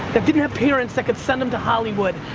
that didn't have parents that could send them to hollywood.